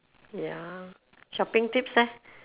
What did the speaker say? ya shopping tips leh